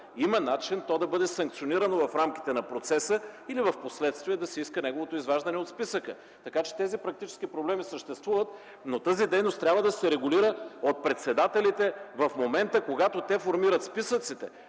има начин да бъде санкционирано в рамките на процеса или впоследствие да се иска неговото изваждане от списъка. Практически тези проблеми съществуват, но тази дейност трябва да се регулира от председателите в момента, когато те формират списъците,